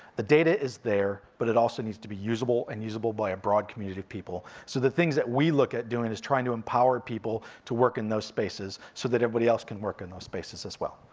the data is there, but it also needs to be usable, and usable by a broad community of people, so the things that we look at doing as trying to empower people to work in those spaces, so that everybody can work in those spaces as well.